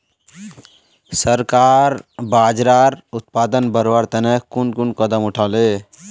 सरकार बाजरार उत्पादन बढ़वार तने कुन कुन कदम उठा ले